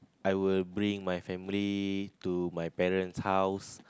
I will bring my family to my parents house